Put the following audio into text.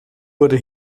wurde